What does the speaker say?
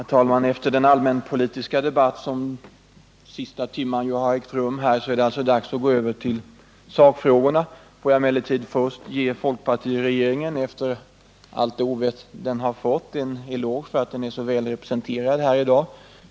Herr talman! Efter den allmänpolitiska debatt som ägt rum här under den senaste timmen är det dags att gå över till sakfrågorna. Låt mig emellertid först ge folkpartiregeringen, efter allt ovett den har fått, en eloge för att den är så välrepresenterad här i dag.